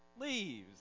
leaves